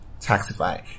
taxify